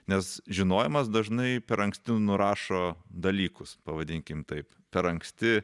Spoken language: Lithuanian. nes žinojimas dažnai per anksti nurašo dalykus pavadinkime taip per anksti